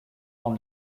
from